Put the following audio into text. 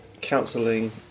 counselling